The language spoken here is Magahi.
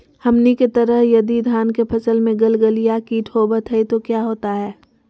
हमनी के तरह यदि धान के फसल में गलगलिया किट होबत है तो क्या होता ह?